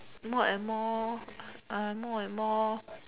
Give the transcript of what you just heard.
more and more more and more